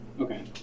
Okay